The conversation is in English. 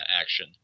action